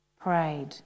prayed